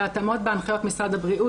והתאמות בהנחיות משרד הבריאות,